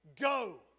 Go